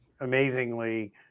amazingly